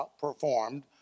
performed